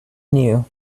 new